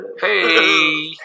Hey